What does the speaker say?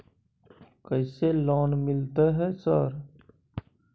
कैसे लोन मिलते है सर?